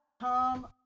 Tom